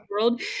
world